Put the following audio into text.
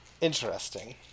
Interesting